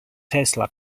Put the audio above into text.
tesla